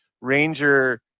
Ranger